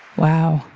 wow,